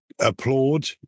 applaud